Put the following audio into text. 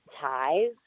ties